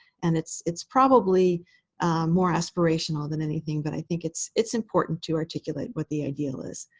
and it's it's probably more aspirational than anything. but i think it's it's important to articulate what the ideal is.